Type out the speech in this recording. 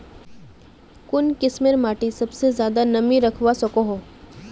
कुन किस्मेर माटी सबसे ज्यादा नमी रखवा सको हो?